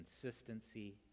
consistency